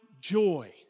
joy